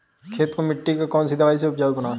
खेत की मिटी को कौन सी दवाई से उपजाऊ बनायें?